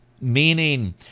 meaning